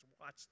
Watch